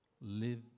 Live